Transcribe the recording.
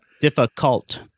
Difficult